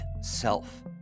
Self